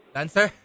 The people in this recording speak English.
dancer